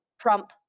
Trump